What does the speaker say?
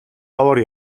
ховор